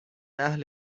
اهل